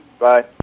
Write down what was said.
Bye